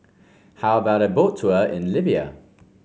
how about a Boat Tour in Libya